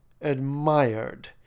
admired